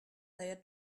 their